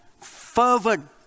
fervent